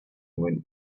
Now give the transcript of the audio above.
when